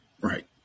Right